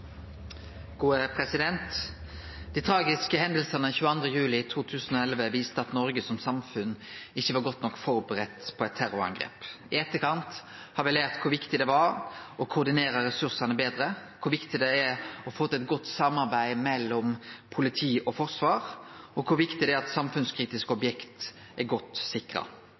tragiske hendingane 22. juli 2011 viste at Noreg som samfunn ikkje var godt nok førebudd på eit terrorangrep. I etterkant har me lært kor viktig det er å koordinere ressursane betre, kor viktig det er å få til eit godt samarbeid mellom politi og forsvar, og kor viktig det er at samfunnskritiske objekt er godt sikra.